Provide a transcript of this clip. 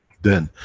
then,